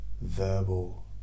verbal